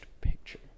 picture